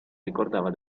ricordava